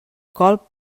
colp